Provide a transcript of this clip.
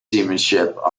seamanship